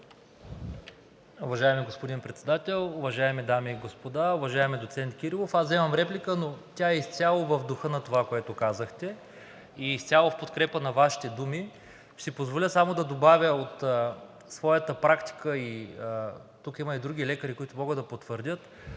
Уважаеми господин Председател, уважаеми дами и господа, уважаеми доцент Кирилов! Аз взимам реплика, но тя е изцяло в духа на това, което казахте и изцяло в подкрепа на Вашите думи. Ще си позволя само да добавя от своята практика – тук има и други лекари, които могат да потвърдят,